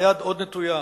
והיד עוד נטויה.